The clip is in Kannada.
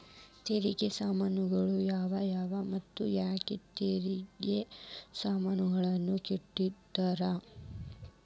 ತೆರಿಗೆ ಸ್ವರ್ಗಗಳು ಯಾವುವು ಮತ್ತ ಯಾಕ್ ತೆರಿಗೆ ಸ್ವರ್ಗಗಳನ್ನ ಕೆಟ್ಟುವಂತಾರ